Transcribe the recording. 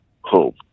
home